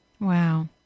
Wow